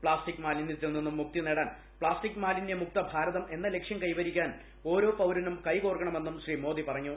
plastic മാലിന്യത്തിൽ നിന്നും മുക്തി നേടാൻ പ്ലാസ്റ്റിക് മാലിന്യ മുക്ത ഭാരതം എന്ന ലക്ഷ്യം കൈവരിക്കാൻ ഓരോ പൌരനും കൈകോർക്കണമെന്നും ശ്രീ മോദി പറഞ്ഞു